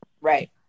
Right